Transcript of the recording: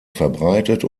verbreitet